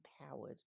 empowered